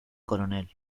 coronel